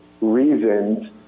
reasons